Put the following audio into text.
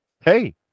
hey